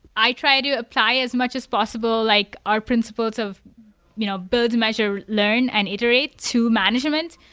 i try to apply as much as possible like our principles of you know build, measure, learn and iterate to management.